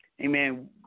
amen